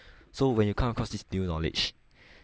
so when you come across this new knowledge